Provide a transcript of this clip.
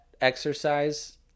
exercise